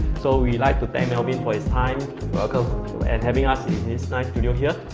so we like to thank melvin for his time and having us in his nice studio here,